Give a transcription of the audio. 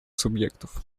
субъектов